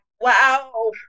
wow